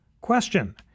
question